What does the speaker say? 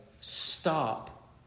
stop